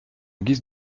guise